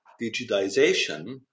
digitization